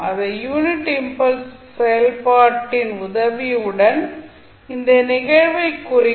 இதை unit impulse செயல்பாட்டின் உதவியுடன் இந்த நிகழ்வைக் குறிக்கும்